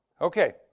Okay